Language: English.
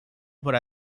but